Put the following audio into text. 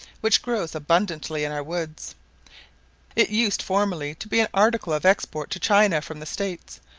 which grows abundantly in our woods it used formerly to be an article of export to china from the states,